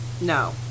No